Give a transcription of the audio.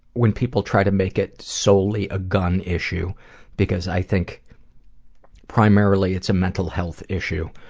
when people try to make it solely a gun issue because i think primarily it's a mental health issue.